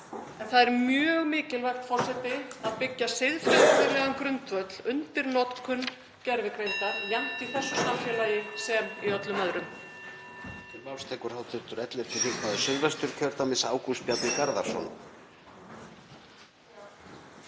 En það er mjög mikilvægt, forseti, að byggja siðferðislegan grundvöll undir notkun gervigreindar jafnt í þessu samfélagi sem og í öllum öðrum.